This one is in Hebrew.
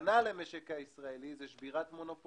הגנה על המשק הישראלי היא שבירת מונופולים,